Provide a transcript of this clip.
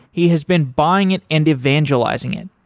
he has been buying it and evangelizing it.